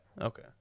Okay